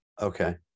Okay